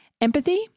empathy